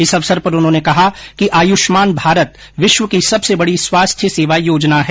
इस अवसर पर उन्होंने कहा कि आयुष्मान भारत विश्व की सबसे बड़ी स्वास्थ्य सेवा योजना है